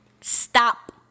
Stop